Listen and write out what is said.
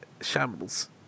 shambles